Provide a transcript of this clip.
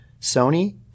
Sony